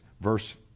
verse